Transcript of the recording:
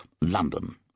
London